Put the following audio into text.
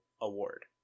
award